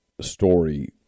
story